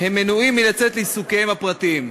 הם מנועים מלצאת לעיסוקיהם הפרטיים.